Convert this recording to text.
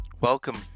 welcome